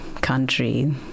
country